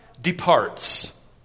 departs